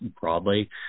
broadly